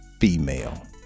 female